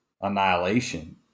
annihilation